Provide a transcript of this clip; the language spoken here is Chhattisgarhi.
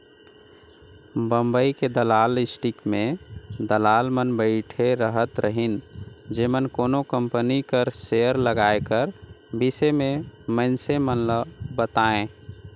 बंबई के दलाल स्टीक में दलाल मन बइठे रहत रहिन जेमन कोनो कंपनी कर सेयर लगाए कर बिसे में मइनसे मन ल बतांए